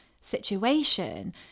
situation